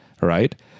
right